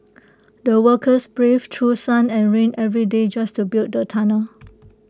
the workers braved through sun and rain every day just to build the tunnel